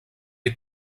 est